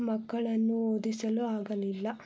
ಮಕ್ಕಳನ್ನು ಓದಿಸಲು ಆಗಲಿಲ್ಲ